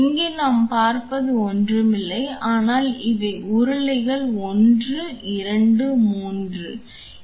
இங்கே நாம் பார்ப்பது ஒன்றும் இல்லை ஆனால் இவை உருளைகள் 1 2 மற்றும் 3 உருளைகள்